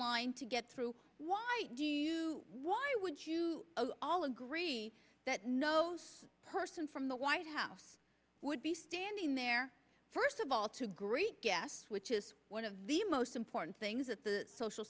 line to get through why do you why would you all agree that no person from the white house would be standing there first of all to greet guests which is one of the most important things that the social